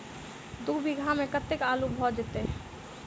दु बीघा मे कतेक आलु भऽ जेतय?